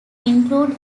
include